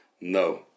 no